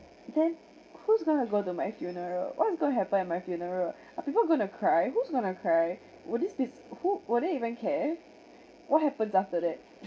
then who's going to go to my funeral what's going to happen at my funeral are people going to cry who's going to cry would this be who will they even care what happens after that